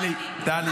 אי-אפשר.